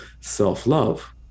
self-love